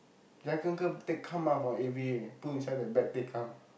jack uncle take come out from A_V_A put inside the bag they come